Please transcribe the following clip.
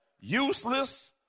useless